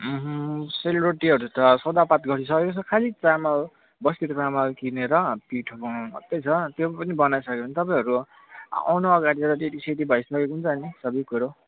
सेलरोटीहरू त सौदापात गरिसकेको छ खालि चामल बस्तीको चामल किनेर पिठो बनाउनु मात्रै छ त्यो पनि बनाइसक्यो भने तपाईँहरू आउनु अगाडि रेडीसेडी भइसकेको हुन्छ नि सबै कुरो